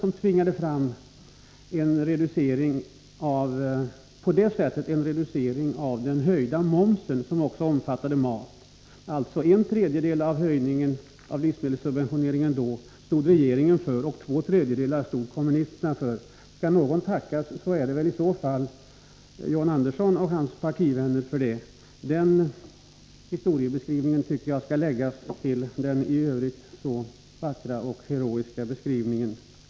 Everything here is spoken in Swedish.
De tvingade på det sättet fram en reducering av den höjda momsen, som också omfattade mat. En tredjedel av höjningen av livsmedelssubventioneringen då stod alltså regeringen för, och två tredjedelar stod kommunisterna för. Skall någon tackas för det är det väli så fall John Andersson och hans partivänner. Den historieskrivningen tycker jag skall läggas till den vackra och heroiska beskrivning Ulf Lönnqvist gjorde.